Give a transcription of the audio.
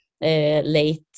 late